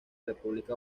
república